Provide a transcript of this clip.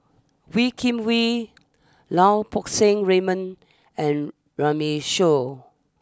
Wee Kim Wee Lau Poo Seng Raymond and Runme Shaw